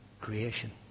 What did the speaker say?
creation